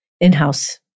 in-house